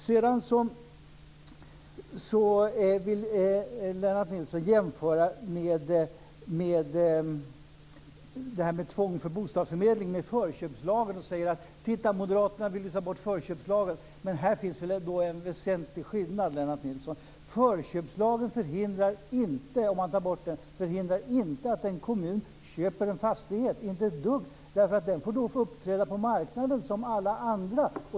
Sedan vill Lennart Nilsson jämföra tvång om bostadsförmedling med förköpslagen och säger: Titta, moderaterna vill ta bort förköpslagen! Här finns ändå en väsentlig skillnad, Lennart Nilsson. Om man tar bort förköpslagen förhindrar det inte en kommun att köpa en fastighet, inte ett dugg. Den får då uppträda på marknaden som alla andra.